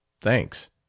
Thanks